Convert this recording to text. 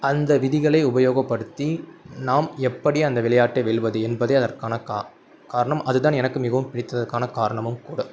அந்த விதிகளை உபயோகப்படுத்தி நாம் எப்படி அந்த விளையாட்டை வெல்வது என்பதே அதற்கான கா காரணம் அதுதான் எனக்கு மிகவும் பிடித்ததற்கான காரணமும் கூட